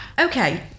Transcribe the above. Okay